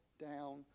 down